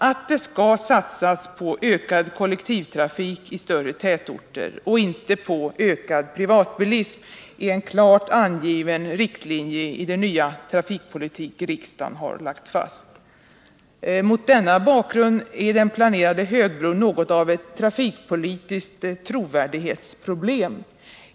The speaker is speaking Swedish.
Att det skall satsas på ökad kollektivtrafik i större tätorter, och inte på ökad privatbilism, är en klart angiven riktlinje i den nya trafikpolitik riksdagen har lagt fast. Mot denna bakgrund är den planerade högbron något av ett trafikpolitiskt trovärdighetsproblem.